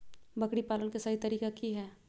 बकरी पालन के सही तरीका की हय?